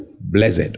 Blessed